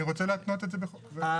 אני רוצה להתנות את זה --- בסדר,